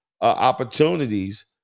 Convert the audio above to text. opportunities